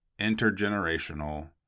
intergenerational